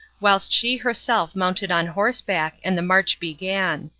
whilst she herself mounted on horseback and the march began.